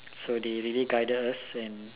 so they really guided us and